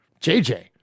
JJ